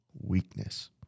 weakness